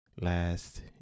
last